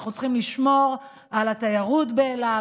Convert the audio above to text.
אנחנו צריכים לשמור על התיירות באילת,